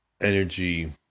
energy